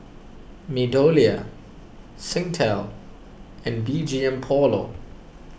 MeadowLea Singtel and B G M Polo